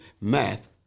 math